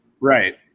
Right